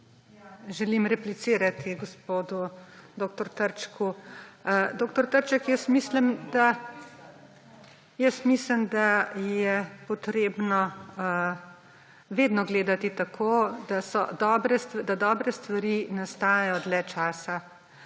Želim replicirati gospodu dr. Trčku. Dr. Trček, jaz mislim, da je potrebno vedno gledati tako, da dobre stvari nastajajo dlje časa